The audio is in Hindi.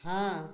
हाँ